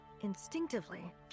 Instinctively